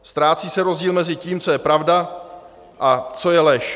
Ztrácí se rozdíl mezi tím, co je pravda a co je lež.